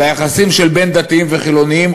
ביחסים בין דתיים וחילונים,